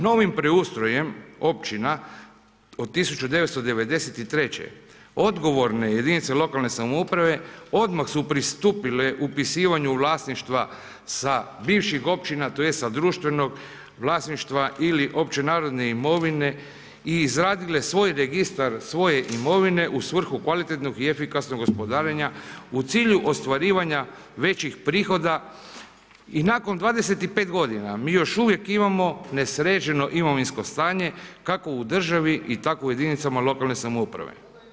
Novim preustrojem općina od 1993. odgovorne jedinice lokalne samouprave odmah su pristupile upisivanju vlasništva sa bivših općina tj. sa društvenog vlasništva ili općine narodne imovine i izradile svoj registar svoje imovine u svrhu kvalitetnog i efikasnog gospodarenja u cilju ostvarivanja većih prihoda i nakon 25 godina mi još uvijek imamo nesređeno imovinsko stanje kako u državi tako i u jedinicama lokalne samouprave.